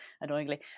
annoyingly